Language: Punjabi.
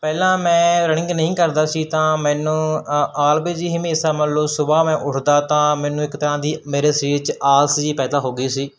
ਪਹਿਲਾਂ ਮੈਂ ਰਨਿੰਗ ਨਹੀਂ ਕਰਦਾ ਸੀ ਤਾਂ ਮੈਨੂੰ ਅ ਆਲਵੇਜ਼ ਹੀ ਹਮੇਸ਼ਾ ਮੰਨ ਲਓ ਸੁਬਹਾ ਮੈਂ ਉੱਠਦਾ ਤਾਂ ਮੈਨੂੰ ਇੱਕ ਤਰ੍ਹਾਂ ਦੀ ਮੇਰੇ ਸਰੀਰ 'ਚ ਆਲਸ ਜਿਹੀ ਪੈਦਾ ਹੋ ਗਈ ਸੀ